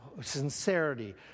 sincerity